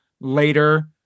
later